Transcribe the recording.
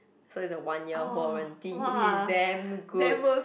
so it's a one year warranty which is damn good